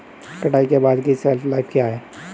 कटाई के बाद की शेल्फ लाइफ क्या है?